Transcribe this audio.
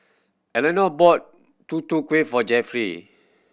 Elenor bought Tutu Kueh for Jeffery